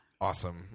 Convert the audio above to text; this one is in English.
awesome